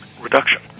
reduction